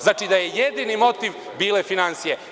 Znači da su jedini motiv bile finansije.